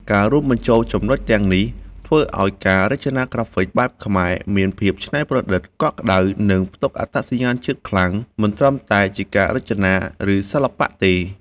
ការរួមបញ្ចូលចំណុចទាំងនេះធ្វើឲ្យការរចនាក្រាហ្វិកបែបខ្មែរមានភាពច្នៃប្រឌិត កក់ក្តៅ និងផ្ទុកអត្តសញ្ញាណជាតិខ្លាំង មិនត្រឹមតែជាការរចនា ឬសិល្បៈទេ។